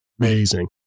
amazing